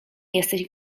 jesteś